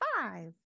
five